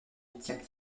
huitième